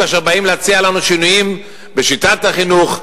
כאשר באים להציע לנו שינויים בשיטת החינוך,